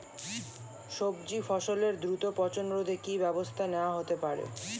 সবজি ফসলের দ্রুত পচন রোধে কি ব্যবস্থা নেয়া হতে পারে?